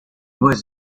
was